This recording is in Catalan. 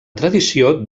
tradició